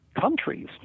countries